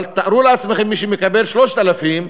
אבל תארו לעצמכם: מי שמקבל 3,000,